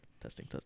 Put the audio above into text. testing